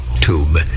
tube